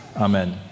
Amen